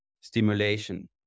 stimulation